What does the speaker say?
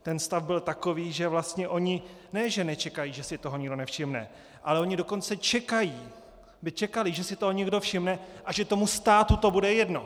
Ten stav byl takový, že vlastně oni ne že nečekají, že si toho nikdo nevšimne, ale oni dokonce čekají, by čekali, že si toho někdo všimne a že to tomu státu bude jedno!